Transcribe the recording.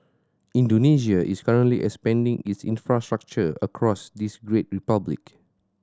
Indonesia is currently expanding its infrastructure across this great republic